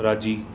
राज़ी